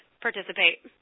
participate